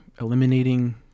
eliminating